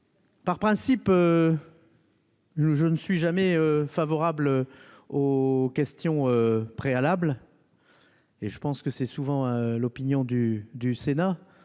par principe. Je ne suis jamais favorable aux questions préalables et je pense que c'est souvent l'opinion du du Sénat